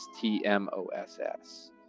T-M-O-S-S